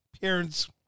parents